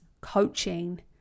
coaching